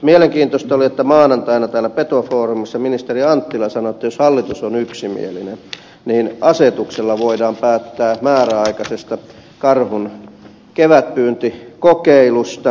mielenkiintoista oli että maanantaina petofoorumissa ministeri anttila sanoi että jos hallitus on yksimielinen niin asetuksella voidaan päättää määräaikaisesta karhun kevätpyyntikokeilusta